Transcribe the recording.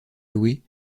louer